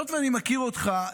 היות שאני מכיר אותך,